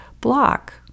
block